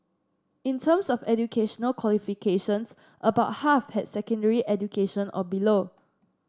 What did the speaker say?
in terms of educational qualifications about half had secondary education or below